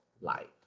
life